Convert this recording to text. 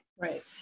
Right